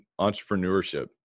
entrepreneurship